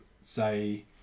say